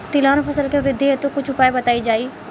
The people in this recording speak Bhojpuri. तिलहन फसल के वृद्धी हेतु कुछ उपाय बताई जाई?